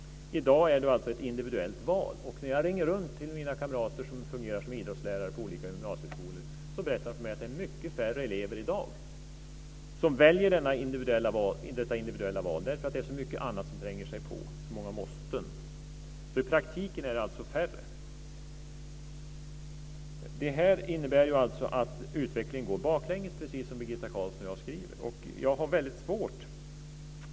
I dag är det alltså ett individuellt val. När jag ringer runt till mina kamrater som fungerar som idrottslärare på olika gymnasieskolor berättar de att det i dag är mycket färre elever som väljer detta som individuellt val därför att det är så mycket annat som tränger sig på, så många måsten. I praktiken är det alltså färre. Det här innebär att utvecklingen går baklänges, precis som Birgitta Carlsson och jag skriver.